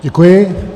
Děkuji.